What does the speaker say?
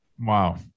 Wow